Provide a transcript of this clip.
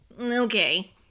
Okay